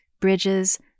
bridges